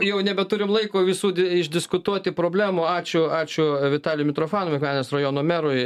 jau nebeturim laiko visų išdiskutuoti problemų ačiū ačiū vitalijui mitrofanovui akmenės rajono merui